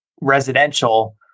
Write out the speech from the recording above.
residential